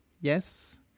Yes